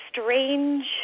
strange